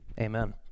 amen